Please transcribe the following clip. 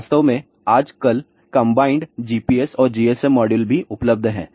वास्तव में आजकल कंबाइंड GPS और GSM मॉड्यूल भी उपलब्ध हैं